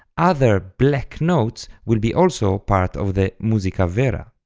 other black notes will be also part of the musica vera.